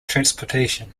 transportation